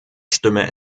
stimme